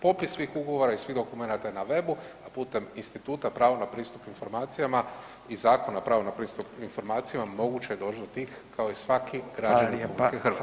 Popis svih ugovora i svih dokumenata je na webu, a putem instituta pravo na pristup informacijama i Zakona o pravu na pristup informacijama moguće je doć do tih kao i svaki građanin RH.